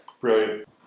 Brilliant